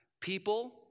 people